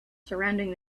surrounding